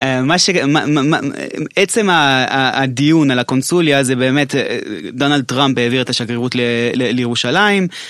עצם הדיון על הקונסוליה זה באמת דונאלד טראמפ העביר את השגרירות לירושלים.